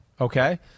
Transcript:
Okay